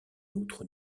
outre